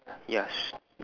ya